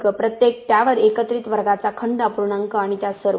वर्ग प्रत्येक त्या एकत्रित वर्गाचा खंड अपूर्णांक आणि त्या सर्व